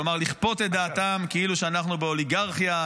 כלומר לכפות את דעתם כאילו שאנחנו באוליגרכיה,